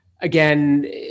again